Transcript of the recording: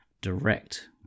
direct